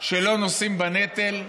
שלא נושאות בנטל,